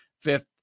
fifth